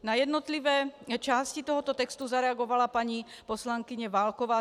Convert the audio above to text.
Na jednotlivé části tohoto textu zareagovala paní poslankyně Válková.